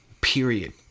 Period